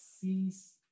sees